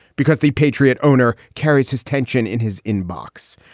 because the patriot owner carries his tension in his inbox.